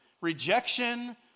rejection